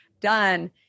done